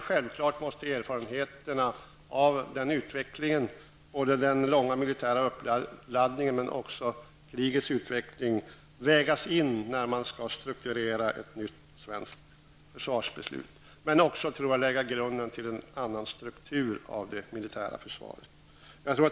Självfallet måste erfarenheterna av utvecklingen, både den långa och militära uppladdningen men också krigets utveckling, vägas in när man skall strukturera ett nytt svenskt försvarsbeslut men också lägga grunden till en annan struktur av det militära försvaret.